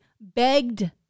begged